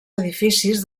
edificis